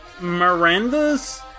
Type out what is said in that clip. Miranda's